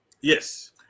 Yes